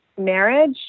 marriage